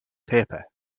paper